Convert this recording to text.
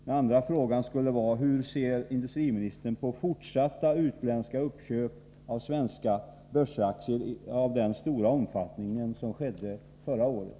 Den andra frågan är: Hur ser industriministern på fortsatta utländska uppköp av svenska börsaktier av den stora omfattning som vi hade förra året?